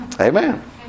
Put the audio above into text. Amen